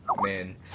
man